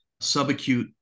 subacute